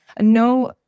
no